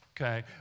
okay